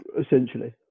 Essentially